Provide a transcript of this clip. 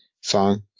song